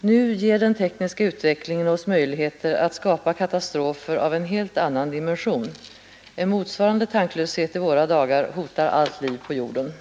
Nu ger den tekniska utvecklingen oss möjligheter att skapa katastrofer av en helt annan dimension. En motsvarande tanklöshet i våra dagar hotar allt liv på jorden.